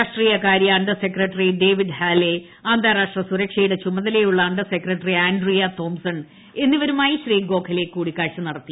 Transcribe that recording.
രാഷ്ട്രീയകാര്യ അ ർ secretary David Hale അന്താരാഷ്ട്ര സുരക്ഷയുടെ ചുമതലയുള്ള അ ർ സെക്രട്ടറി ആൻഡ്രിയ തോംസൺ എന്നിവരുമായി ഗോഖലെ കൂടിക്കാഴ്ച നടത്തി